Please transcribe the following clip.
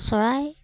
চৰাই